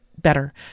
better